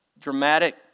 dramatic